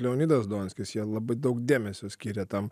leonidas donskis jie labai daug dėmesio skiria tam